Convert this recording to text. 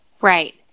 Right